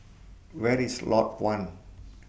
Where IS Lot one